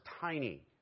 tiny